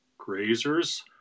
grazers